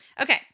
okay